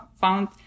found